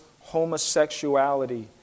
homosexuality